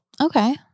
Okay